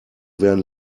werden